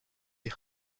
die